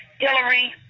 Hillary